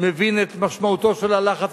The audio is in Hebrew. מבין את משמעותו של הלחץ,